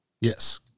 Yes